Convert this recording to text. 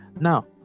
Now